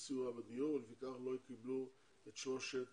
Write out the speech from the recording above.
לסיוע בדיור ולפיכך לא קיבלו את שלושת